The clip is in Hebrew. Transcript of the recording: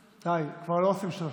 די, כבר לא עושים שינויים,